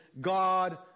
God